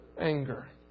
anger